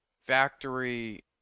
factory